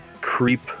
creep